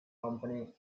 company